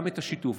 גם השיתוף.